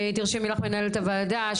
תרשמי לך מנהלת הועדה.